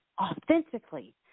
authentically